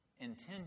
intention